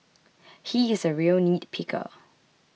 he is a real nitpicker